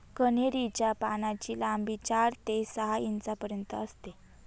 कन्हेरी च्या पानांची लांबी चार ते सहा इंचापर्यंत असते